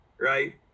right